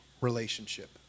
relationship